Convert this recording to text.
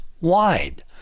wide